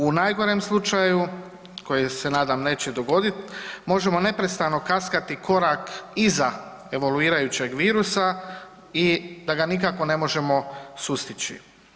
U najgorem slučaju koji se nadam se neće dogoditi možemo neprestano kaskati korak iza evoluirajućeg virusa i da ga nikako ne možemo sustići.